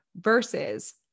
versus